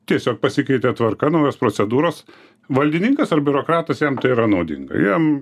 tiesiog pasikeitė tvarka naujos procedūros valdininkas ar biurokratas jam tai yra naudinga jiem